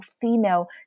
female